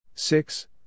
Six